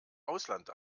ausland